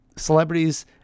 Celebrities